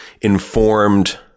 informed